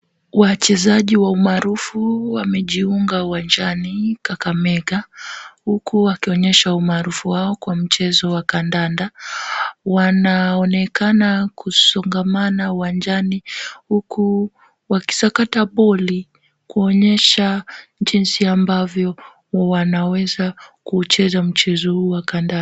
Wachezaji wamaarufu wamejiunga uwanjani Kakamega huku wakionyesha umaarufu wao kwa mchezo wa kandanda. Wanaonekana kusongamana uwanjani huku wakisakata boli kuonyesha jinsi ambavyo wanaweza kuucheza mchezo huu wa kandanda.